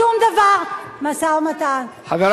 שום דבר, משא-ומתן עם הפלסטינים.